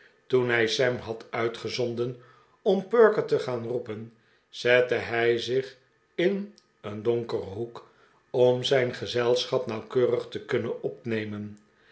toen hij sam had uitgezonden om perker te gaan roepen zette hij zich in een donkeren hoek om zijn gezelschap nauwkeurig te kunnen opnemen